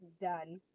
done